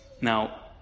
Now